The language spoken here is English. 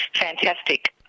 fantastic